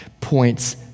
points